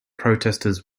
protesters